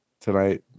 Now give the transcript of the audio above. tonight